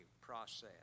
process